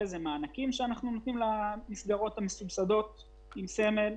מענקים שאנחנו נותנים למסגרות המסובסדות עם סמל.